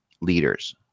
leaders